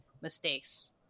mistakes